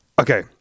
Okay